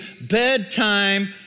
bedtime